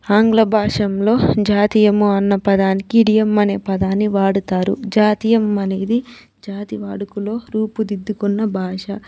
ఆంగ్ల భాష్యంలో జాతీయము అన్న పదానికి ఇడియం అనే పదాన్ని వాడుతారు జాతీయం అనేది జాతి వాడుకలో రూపుదిద్దుకున్న భాష